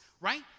right